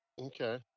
Okay